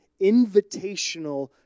invitational